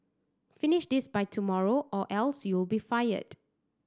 finish this by tomorrow or else you'll be fired